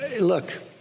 Look